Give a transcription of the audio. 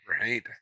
right